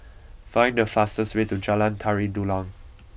find the fastest way to Jalan Tari Dulang